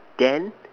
then